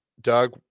Doug